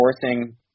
forcing –